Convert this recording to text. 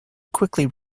quickly